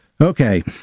Okay